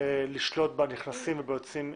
לשלוט בנכנסים לנמל התעופה וביוצאים ממנו.